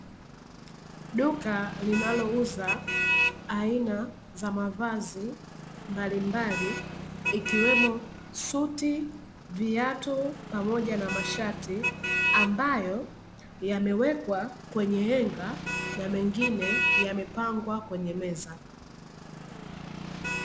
Duka linalouza aina za mavazi mbalimbali ikiwemo: suti, viatu, pamoja na mashati; ambayo yamewekwa kwenye henga na mengine yamepangwa kwenye meza.